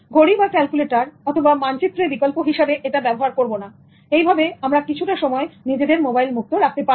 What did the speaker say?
ঘড়ি বা ক্যালকুলেটর অথবা মানচিত্রের বিকল্প হিসেবে এটা ব্যবহার করব না এইভাবে আমরা কিছুটা সময় নিজেদের মোবাইল মুক্ত রাখতে পারব